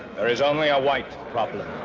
there is only a white problem.